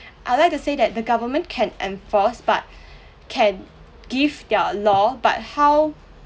I'd like to say that the government can enforce but can give their law but how